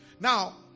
Now